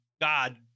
God